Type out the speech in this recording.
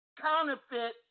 counterfeit